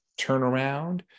turnaround